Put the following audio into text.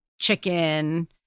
chicken